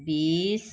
বিছ